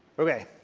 okay.